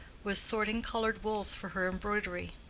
was sorting colored wools for her embroidery.